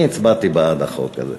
אני הצבעתי בעד החוק הזה.